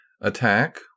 attack